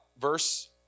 verse